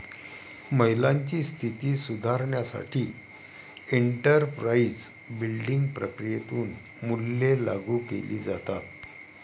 महिलांची स्थिती सुधारण्यासाठी एंटरप्राइझ बिल्डिंग प्रक्रियेतून मूल्ये लागू केली जातात